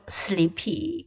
sleepy